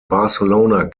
barcelona